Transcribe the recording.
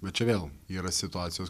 bet čia vėl yra situacijos